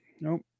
Nope